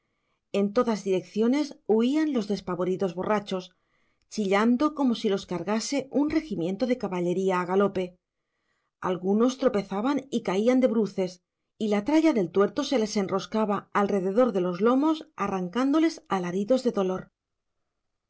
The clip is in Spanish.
en todas direcciones huían los despavoridos borrachos chillando como si los cargase un regimiento de caballería a galope algunos tropezaban y caían de bruces y la tralla del tuerto se les enroscaba alrededor de los lomos arrancándoles alaridos de dolor